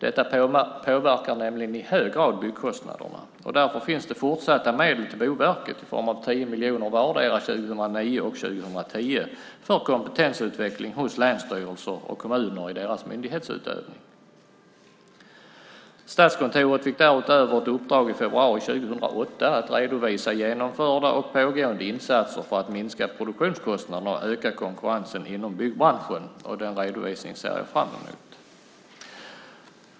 Detta påverkar nämligen i hög grad byggkostnaderna. Därför finns det fortsatta medel till Boverket i form av 10 miljoner vardera 2009 och 2010 för kompetensutveckling hos länsstyrelser och kommuner i deras myndighetsutövning. Statskontoret fick därutöver ett uppdrag i februari 2008 att redovisa genomförda och pågående insatser för att minska produktionskostnaderna och öka konkurrensen inom byggbranschen. Den redovisningen ser jag fram emot.